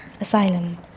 Asylum